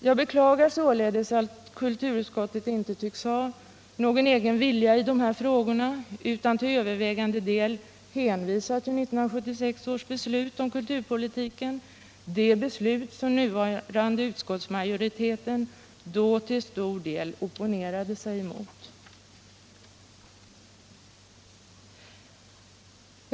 Jag beklagar således att kulturutskottet inte tycks ha någon egen vilja 29 i dessa frågor utan till övervägande del hänvisar till 1976 års beslut om kulturpolitiken, det beslut som nuvarande utskottsmajoritet då till stor del opponerade sig emot.